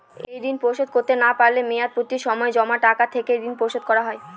এই ঋণ পরিশোধ করতে না পারলে মেয়াদপূর্তির সময় জমা টাকা থেকে ঋণ পরিশোধ করা হয়?